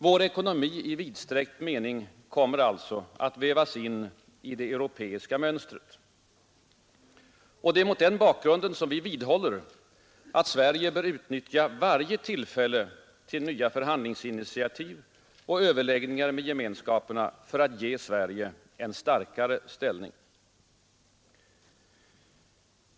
Vår ekonomi i vidsträckt mening kommer alltså att vävas in i det europeiska mönstret. Det är mot den bakgrunden som vi vidhåller att Sverige bör utnyttja varje tillfälle till nya förhandlingsinitiativ och överläggningar med gemenskaperna för att ge Sverige en starkare ställning.